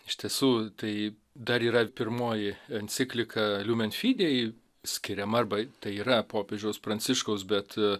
iš tiesų tai dar yra pirmoji enciklika liumen fide ji skiriama arba tai yra popiežiaus pranciškaus bet